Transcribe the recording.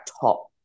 top